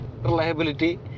reliability